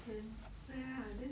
then oh ya then